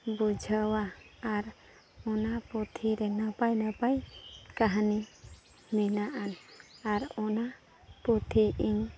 ᱵᱩᱡᱷᱟᱹᱣᱟ ᱟᱨ ᱚᱱᱟ ᱯᱩᱛᱷᱤᱨᱮ ᱱᱟᱯᱟᱭ ᱱᱟᱯᱟᱭ ᱠᱟᱦᱱᱤ ᱢᱮᱱᱟᱜ ᱟᱱ ᱟᱨ ᱚᱱᱟ ᱯᱩᱛᱷᱤ ᱤᱧ